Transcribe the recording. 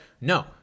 No